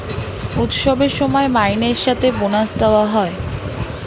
উৎসবের সময় মাইনের সাথে বোনাস দেওয়া হয়